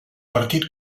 partit